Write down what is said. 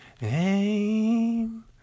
Name